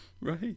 Right